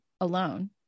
alone